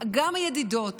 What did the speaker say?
גם הידידות